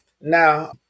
Now